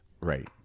Right